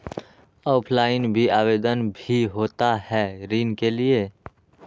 Offline भी आवेदन भी होता है ऋण के लिए?